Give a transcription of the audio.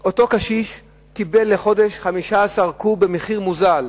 אותו קשיש קיבל לחודש 15 קוב במחיר מוזל.